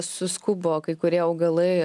suskubo kai kurie augalai